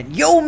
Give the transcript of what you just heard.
yo